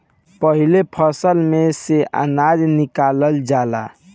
पाहिले फसल में से अनाज निकालल जाला